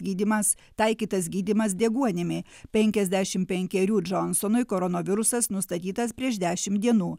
gydymas taikytas gydymas deguonimi penkiasdešim penkerių džonsonui koronavirusas nustatytas prieš dešim dienų